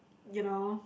you know